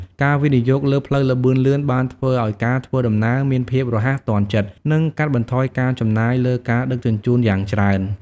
ការវិនិយោគលើផ្លូវល្បឿនលឿន បានធ្វើឱ្យការធ្វើដំណើរមានភាពរហ័សទាន់ចិត្ត និងកាត់បន្ថយការចំណាយលើការដឹកជញ្ជូនយ៉ាងច្រើន។